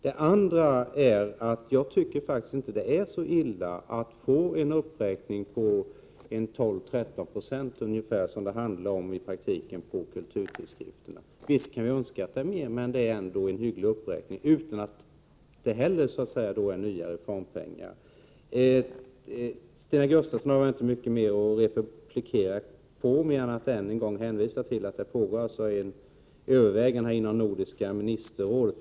Det andra är att jag faktiskt inte tycker att det är så illa att få en uppräkning på mellan 12 och 13 96 som det i praktiken handlar om. Visst kunde vi önska att kulturtidskrifterna skulle få mer, men det är ändå en hygglig uppräkning — utan att det handlar om ytterligare reformpengar. Jag har inte mycket att säga till Stina Gustavsson mer än att än en gång hänvisa till de överväganden som sker inom nordiska ministerrådet.